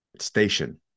station